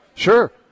Sure